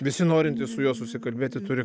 visi norintys su juo susikalbėti turi